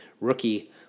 rookie